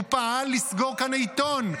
הוא פעל לסגור כאן עיתון,